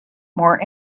more